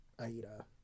Aida